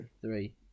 Three